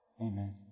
Amen